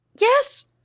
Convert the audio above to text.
yes